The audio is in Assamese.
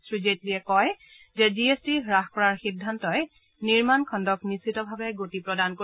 শ্ৰী জেটলীয়ে কয় যে জি এছ টি হ্বাস কৰাৰ সিদ্ধান্তই নিৰ্মাণখণ্ডক নিশ্চিতভাৱে গতি প্ৰদান কৰিব